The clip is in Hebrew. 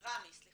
יש צדק